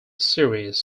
series